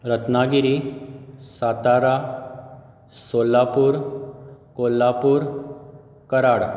Ratnagiri Satara Solapur Kolhapur Karad